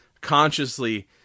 consciously